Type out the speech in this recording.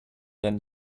then